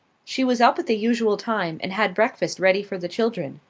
she was up at the usual time and had breakfast ready for the children.